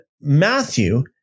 Matthew